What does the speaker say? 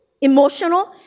emotional